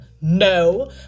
No